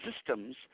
systems